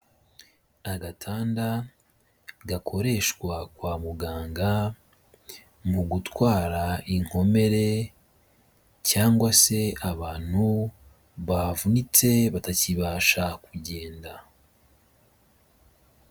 Agatanda gakoreshwa kwa muganga, mu gutwara inkomere cyangwa se abantu bavunitse batakibasha kugenda.